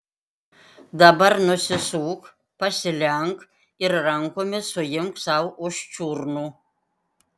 dabar nusisuk pasilenk ir rankomis suimk sau už čiurnų